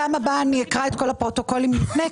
פעם הבאה אני אקרא את כל הפרוטוקולים לפני.